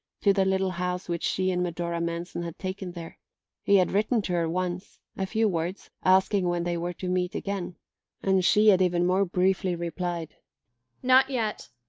to the little house which she and medora manson had taken there he had written to her once a few words, asking when they were to meet again and she had even more briefly replied not yet.